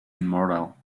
immortal